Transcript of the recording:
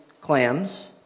clams